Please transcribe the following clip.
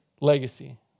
legacy